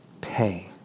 pay